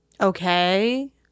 Okay